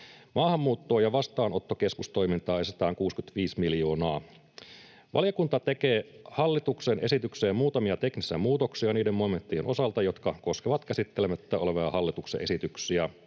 Maahanmuuttoon ja vastaanottokeskustoimintaan esitetään 65 miljoonaa. Valiokunta tekee hallituksen esitykseen muutamia teknisiä muutoksia niiden momenttien osalta, jotka koskevat käsittelemättä olevia hallituksen esityksiä.